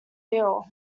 deal